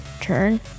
turn